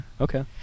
Okay